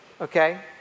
okay